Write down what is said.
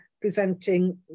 presenting